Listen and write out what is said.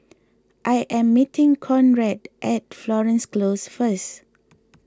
I am meeting Conrad at Florence Close first